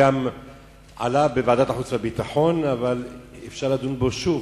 הוא גם עלה בוועדת חוץ וביטחון אבל אפשר לדון בו שוב.